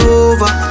over